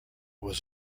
was